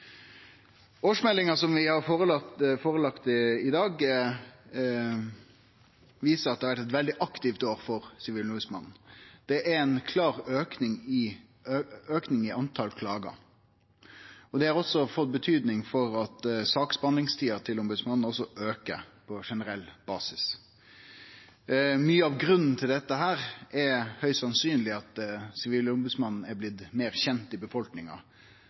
Årsmeldinga som vi behandlar i dag, viser at det har vore eit veldig aktivt år for Sivilombodsmannen. Det er ein klår auke i talet på klagar, og det har også fått betyding for at saksbehandlingstida til ombodsmannen på generell basis har auka. Mykje av grunnen til dette er høgst sannsynleg at Sivilombodsmannen er blitt meir kjend i befolkninga.